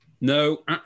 No